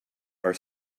are